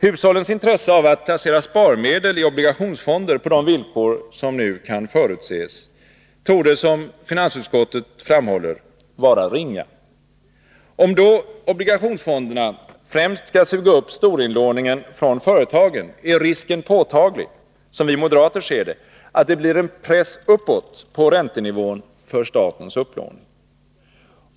Hushållens intresse av att placera sparmedel i obligationsfonder på de villkor som nu kan förutses torde, som finansutskottet framhåller, vara ringa. Om då obligationsfonderna främst skall suga upp storinlåningen från företagen är risken påtaglig, som vi moderater ser det, att det blir en press uppåt på räntenivån för statens upplåning.